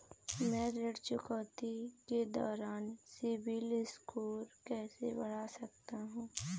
मैं ऋण चुकौती के दौरान सिबिल स्कोर कैसे बढ़ा सकता हूं?